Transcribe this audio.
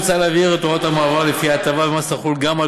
מוצע להבהיר את הוראת המעבר שלפיה ההטבה במס תחול גם על